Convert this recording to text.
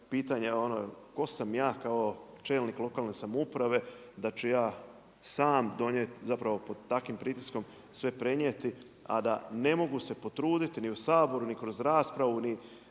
pitanja tko sam ja kao čelnik lokalne samouprave da ću ja sam donijeti, zapravo pod takvim pritiskom sve prenijeti a da ne mogu se potruditi ni u Saboru, ni kroz raspravu